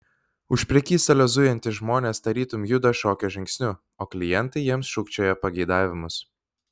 už prekystalio zujantys žmonės tarytum juda šokio žingsniu o klientai jiems šūkčioja pageidavimus